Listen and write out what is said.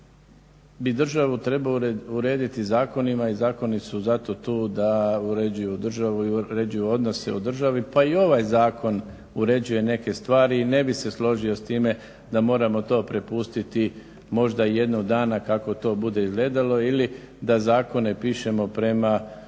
bi državu trebao urediti zakonima i zakoni su zato tu da uređuju državu i određuju odnose u državi. Pa i ovaj zakon uređuje neke stvari i ne bi se složio s time da moramo to prepustiti, možda jednog dana kako to bude izgledalo ili da zakone pišemo prema